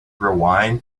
rewind